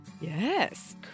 Yes